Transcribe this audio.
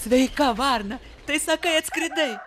sveika varna tai sakai atskridai